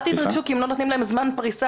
כי אם לא נותנים להם זמן פרישֹה,